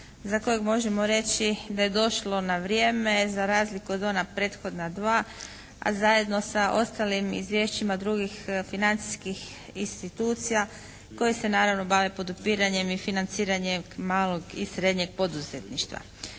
za kojega možemo reći da je došlo na vrijeme za razliku od ona prethodna dva, a zajedno sa ostalim izvješćima drugih financijskih institucija koje se naravno bave podupiranjem i financiranjem malog i srednjeg poduzetništva.